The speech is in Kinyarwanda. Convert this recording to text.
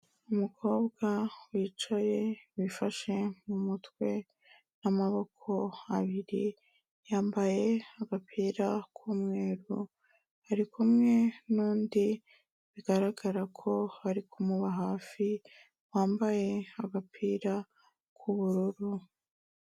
Umukobwa wicaye bifashe mu mutwe n'amaboko abiri, yambaye agapira k'umweru, ari kumwe n'undi bigaragara ko ari kumuba hafi, wambaye agapira k'ubururu.